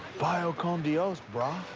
vaya ah con dios, brah.